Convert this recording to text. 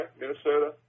Minnesota